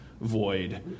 void